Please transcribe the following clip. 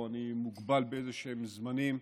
אני מוגבל באיזשהם זמנים,